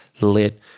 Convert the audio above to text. lit